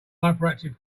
hyperactive